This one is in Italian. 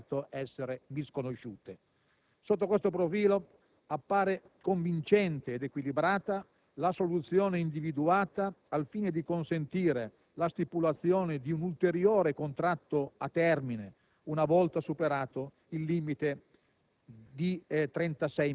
delle esigenze di flessibilità del lavoro, che non devono certo essere misconosciute. Sotto questo profilo, appare convincente ed equilibrata la soluzione individuata al fine di consentire la stipulazione di un ulteriore contratto a termine